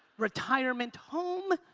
retirement home,